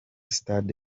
sitade